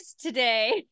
today